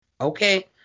Okay